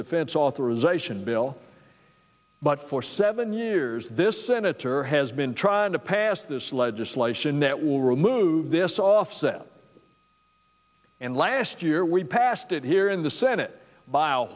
defense authorization bill but for seven years this senator has been trying to pass this legislation that will remove this offset and last year we passed it here in the senate b